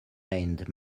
named